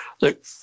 Look